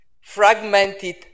fragmented